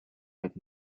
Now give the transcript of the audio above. but